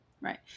Right